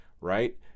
Right